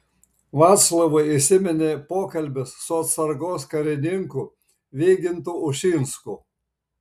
vaclavui įsiminė pokalbis su atsargos karininku vygintu ušinsku